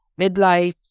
midlife